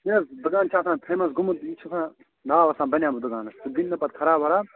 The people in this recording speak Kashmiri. ہے دُکان چھُ آسان فیٚمس گوٚمُت یہِ چھُ آسان ناو آسان بنوومُت دُکانس تِم دِنۍ نہٕ پتہٕ خراب وراب